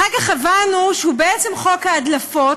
אחר כך הבנו שהוא בעצם חוק ההדלפות,